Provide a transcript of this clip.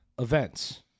events